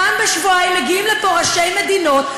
פעם בשבועיים מגיעים לפה ראשי מדינות,